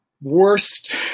worst